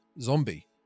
zombie